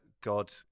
God